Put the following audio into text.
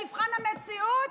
במבחן המציאות,